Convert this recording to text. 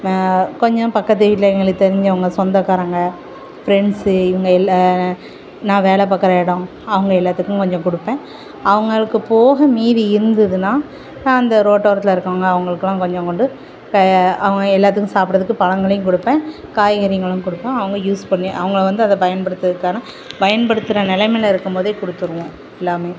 மே கொஞ்சம் பக்கத்து வீட்டில் எங்களுக்கு தெரிஞ்சவங்க சொந்தகாரங்க ஃப்ரெண்ட்ஸ் இவங்க எல்லாம் நான் வேலை பார்க்குற இடம் அவங்க எல்லாத்துக்கும் கொஞ்சம் கொடுப்பேன் அவங்களுக்கு போக மீதி இருந்துதுன்னா நான் அந்த ரோட்டோரத்தில் இருக்கவங்க அவங்களுக்குலாம் கொஞ்சம் கொண்டு இப்போ அவங்க எல்லாத்துக்கும் சாப்புடத்துக்கு பழங்களையும் கொடுப்பேன் காய்கறிகளும் கொடுப்போம் அவங்க யூஸ் பண்ணி அவங்கள வந்து அதை பயன்படுத்தறதுக்கான பயன்படுத்துகிற நிலமைல இருக்கும்போதே கொடுத்துடுவோம் எல்லாமே